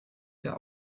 der